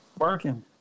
Working